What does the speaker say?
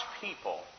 people